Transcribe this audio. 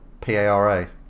P-A-R-A